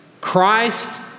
Christ